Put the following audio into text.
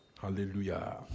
Hallelujah